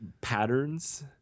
patterns